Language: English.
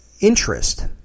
interest